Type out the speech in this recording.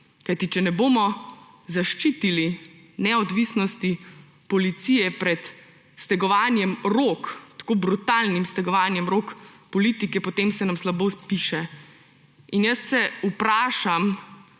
Kajti če ne bomo zaščitili neodvisnosti policije pred stegovanjem rok, tako brutalnim stegovanjem rok politike, potem se nam slabo piše. In jaz se vprašam,